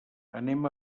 anem